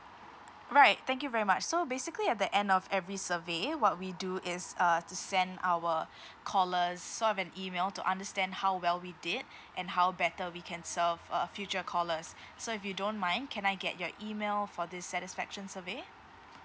right thank you very much so basically at the end of every survey what we do is uh to send our callers sort of an email to understand how well we did and how better we can serve uh future callers so if you don't mind can I get your email for this satisfaction survey